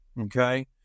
Okay